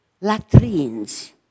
Latrines